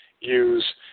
use